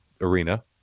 arena